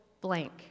blank